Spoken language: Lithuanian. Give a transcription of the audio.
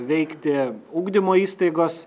veikti ugdymo įstaigos